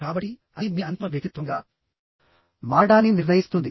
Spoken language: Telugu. కాబట్టిఅది మీ అంతిమ వ్యక్తిత్వంగా మారడాన్ని నిర్ణయిస్తుంది